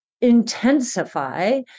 intensify